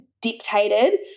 dictated